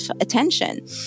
attention